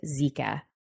Zika